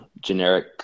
generic